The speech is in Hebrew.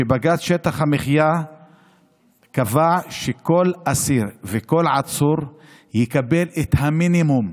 בג"ץ שטח המחיה קבע שכל אסיר וכל עצור יקבל את המינימום,